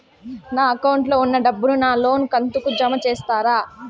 నా అకౌంట్ లో ఉన్న డబ్బును నా లోను కంతు కు జామ చేస్తారా?